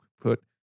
put